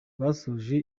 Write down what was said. basoje